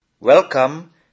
Welcome